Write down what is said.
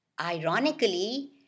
Ironically